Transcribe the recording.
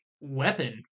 weapon